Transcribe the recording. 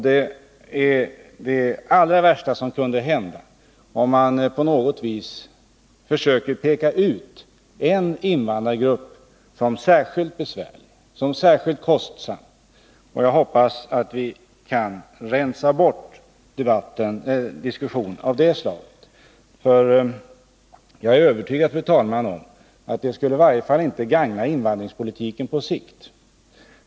Det är det allra värsta som kan hända, att man på något vis försöker peka ut en invandrargrupp som särskilt besvärlig, som särskilt kostsam. Jag hoppas att vi kan rensa bort diskussioner av det slaget, för jag är övertygad om, fru talman, att det inte skulle gagna invandringspolitiken på sikt.